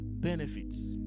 benefits